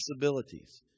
possibilities